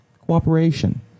cooperation